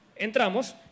Entramos